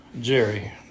Jerry